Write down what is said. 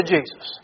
Jesus